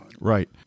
right